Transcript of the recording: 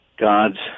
God's